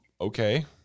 Okay